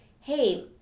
hey